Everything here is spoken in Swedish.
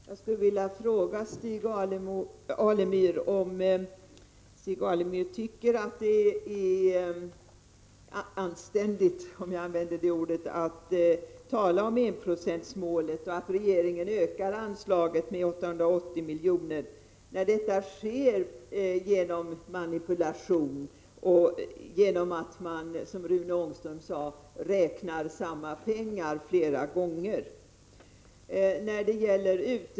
Fru talman! Jag skulle vilja fråga Stig Alemyr om Stig Alemyr tycker att det är anständigt — om jag nu använder det ordet — att tala om enprocentsmålet och att regeringen ökar anslagen med 880 miljoner, när detta sker genom manipulation och genom att man, som Rune Ångström sade, räknar samma pengar flera gånger?